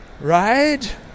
right